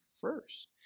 first